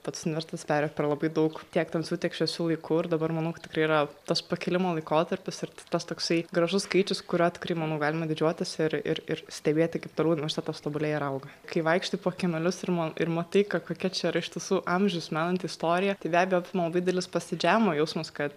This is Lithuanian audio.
pats universitetas perėjo per labai daug tiek tamsių tik šviesių laikų ir dabar manau kad tikrai yra tas pakilimo laikotarpis ir tas toksai gražus skaičius kurio tikrai manau galima didžiuotis ir ir ir stebėti kaip toliau universitetas tobulėja ir auga kai vaikštai po kiemelius ir man ir matai ką kokia čia yra iš tiesų amžius menanti istorija tai be abejo man labai didelis pasididžiavimo jausmas kad